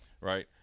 right